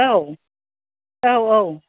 औ औ औ